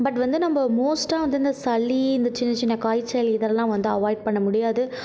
but வந்து நம்ம மோஸ்ட்டாக வந்து அந்த சளி இந்த சின்ன சின்ன காய்ச்சல் இதெல்லாம் வந்தால் அவாயிட் பண்ண முடியாது